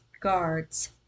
guards